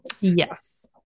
yes